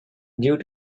due